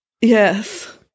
yes